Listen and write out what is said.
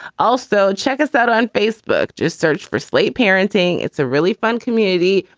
also check us out on facebook. just search for slate parenting. it's a really fun community.